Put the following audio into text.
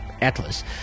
atlas